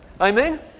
Amen